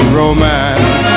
romance